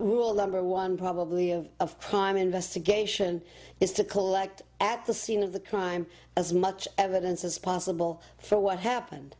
rule number one probably of of crime investigation is to collect at the scene of the crime as much evidence as possible for what happened